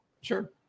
Sure